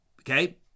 okay